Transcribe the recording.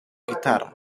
guitarra